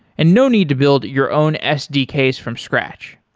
and no need to build your own sdks from scratch.